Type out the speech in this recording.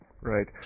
Right